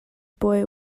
boy